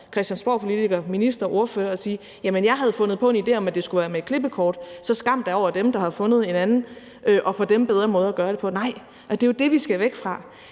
christiansborgpolitiker, minister eller ordfører og sige: Jamen jeg havde fået den idé, at det skulle være med et klippekort, så skam få dem, der har fundet en anden og for dem bedre måde at gøre det på? Nej, og det er jo det, vi skal væk fra,